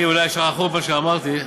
אולי שכחו מה שאמרתי.